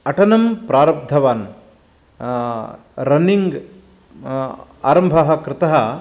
अटनं प्रारब्धवान् रन्निङ्ग् आरम्भः कृतः